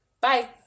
Bye